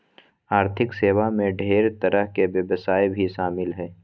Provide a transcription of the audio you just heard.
आर्थिक सेवा मे ढेर तरह के व्यवसाय भी शामिल हय